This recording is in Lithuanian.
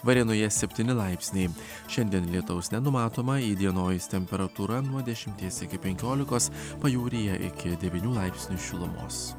varėnoje septyni laipsniai šiandien lietaus nenumatoma įdienojus temperatūra nuo dešimties iki penkiolikos pajūryje iki devynių laipsnių šilumos